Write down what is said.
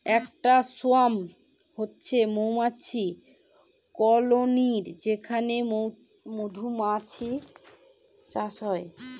একটা সোয়ার্ম হচ্ছে মৌমাছির কলোনি যেখানে মধুমাছির চাষ হয়